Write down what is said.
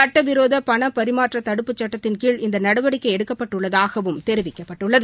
சட்டவிரோத பணப்பரிமாற்ற தடுப்புச் சட்டத்தின்கீழ் இந்த நடவடிக்கை எடுக்கப்பட்டுள்ளதாகவும் தெரிவிக்கப்பட்டுள்ளது